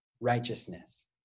righteousness